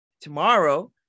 tomorrow